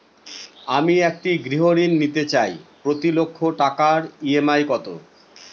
আমি একটি গৃহঋণ নিতে চাই প্রতি লক্ষ টাকার ই.এম.আই কত?